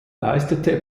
leistete